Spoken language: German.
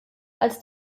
als